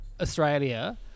Australia